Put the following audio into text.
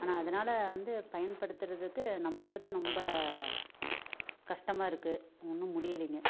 ஆனால் அதனால வந்து அது பயன்படுத்துகிறதுக்கு நமக்கு தான் ரொம்ப கஷ்டமாக இருக்குது ஒன்றும் முடியலைங்க